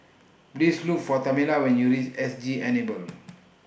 Please Look For Tamela when YOU REACH S G Enable